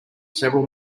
several